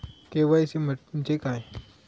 KYC म्हणजे काय?